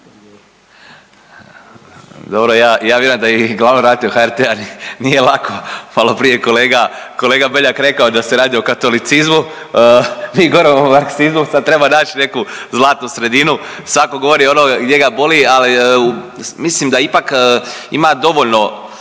Dobro ja vjerujem da i glavnom ravnatelju HRT-a nije lako, maloprije je kolega Beljak rekao da se radi o katolicizmu, mi govorimo o marksizmu sad treba nać neku zlatnu sredinu, svako govori ono gdje ga boli. Ali mislim da ipak ima dovoljno